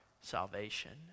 salvation